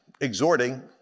exhorting